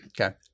Okay